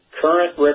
current